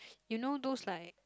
you know those like